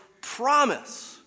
promise